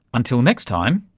until next time,